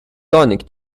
tonic